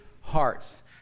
hearts